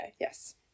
Yes